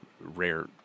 rare